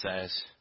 says